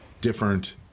different